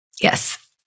Yes